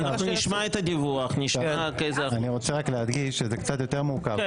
אנחנו נשמע את הדיווח --- אני רוצה רק להדגיש שזה קצת יותר מורכב,